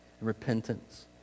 repentance